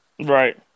Right